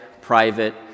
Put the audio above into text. private